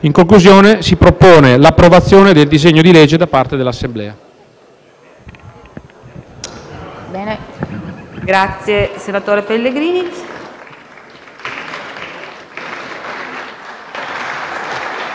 In conclusione, si propone l'approvazione del disegno di legge da parte dell'Assemblea.